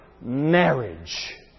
marriage